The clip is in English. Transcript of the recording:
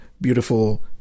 beautiful